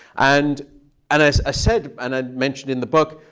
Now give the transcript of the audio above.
and and as i said and i mentioned in the book,